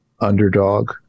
underdog